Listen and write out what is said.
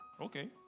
okay